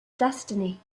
destiny